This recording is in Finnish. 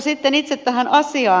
sitten itse tähän asiaan